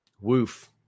Woof